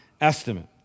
estimate